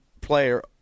player